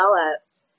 developed